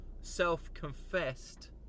self-confessed